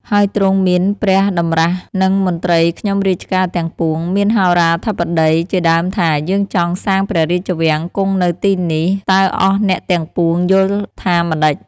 ហើយទ្រង់មានព្រះតម្រាស់នឹងមន្ត្រីខ្ញុំរាជការទាំងពួង មានហោរាធិបតីជាដើមថា " យើងចង់សាងព្រះរាជវាំងគង់នៅទីនេះ តើអស់អ្នកទាំងពួងយល់ថាម្ដេច ?